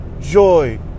joy